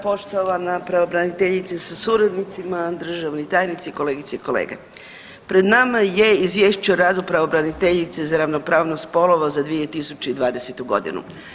Poštovana pravobraniteljice sa suradnicima, državni tajnici, kolegice i kolege, pred nama je Izvješće o radu pravobraniteljice za ravnopravnost spolova za 2020. godinu.